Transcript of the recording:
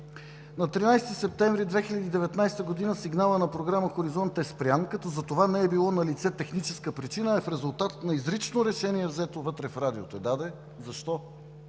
на 13 септември 2019 г. сигналът на програма „Хоризонт“ е спрян, като за това не е било налице техническа причина, а е в резултат на изрично решение, взето вътре в Радиото. Да де, защо?